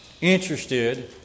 interested